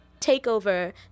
takeover